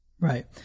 Right